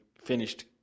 finished